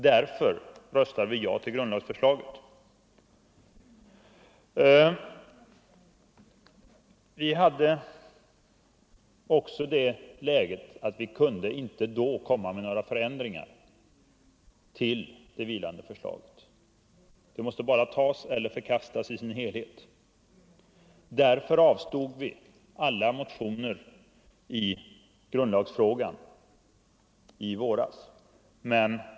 Därför röstade vi ja till grundlagsförslaget; vi kunde inte i det läget komma med några förändringar till det vilande förslaget. Det måste antas eller förkastas i sin helhet. Därför avstod vi från alla motioner i grundlagsfrågan i våras.